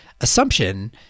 assumption